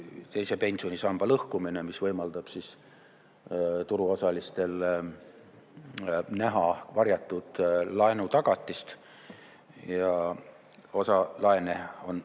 pensionisamba lõhkumine, mis võimaldab turuosalistel näha varjatud laenutagatist. Osa laene